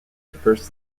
refers